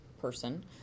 person